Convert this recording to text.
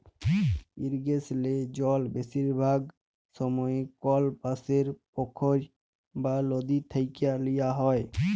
ইরিগেসলে জল বেশিরভাগ সময়ই কল পাশের পখ্ইর বা লদী থ্যাইকে লিয়া হ্যয়